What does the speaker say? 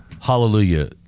Hallelujah